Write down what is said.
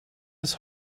his